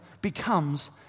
becomes